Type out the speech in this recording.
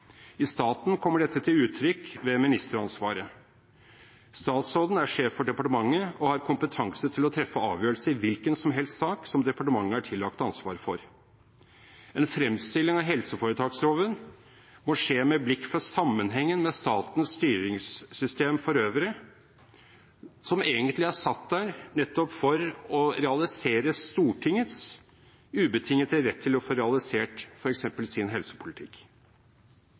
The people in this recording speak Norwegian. I staten kommer dette til uttrykk ved ministeransvaret. Statsråden er sjef for departementet og har kompetanse til å treffe avgjørelse i hvilken som helst sak som departementet er tillagt ansvaret for. En fremstilling av helseforetaksloven må skje med blikk for sammenhengen med statens styringssystem for øvrig, som egentlig er satt der nettopp for å realisere Stortingets ubetingede rett til å få realisert f.eks. sin helsepolitikk.